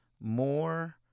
more